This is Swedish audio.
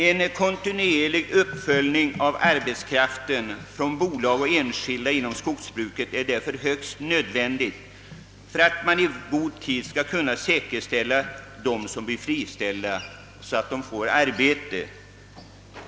En kontinuerlig uppföljning av arbetskraftsbehovet från bolag och enskilda inom skogsbruket är därför högst nödvändig för att man i god tid skall kunna säkerställa att de som blir friställda får annat arbete.